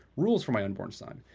rules for my unborn son.